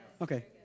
Okay